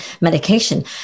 medication